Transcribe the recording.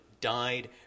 died